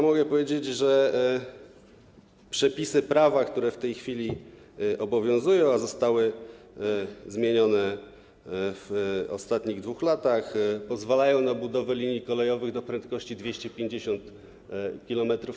Mogę powiedzieć, że przepisy prawa, które w tej chwili obowiązują, a zostały one zmienione w ostatnich 2 latach, pozwalają na budowę linii kolejowych do prędkości 250 km/h.